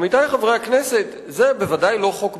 עמיתי חברי הכנסת, זה בוודאי לא חוק ביטחוני.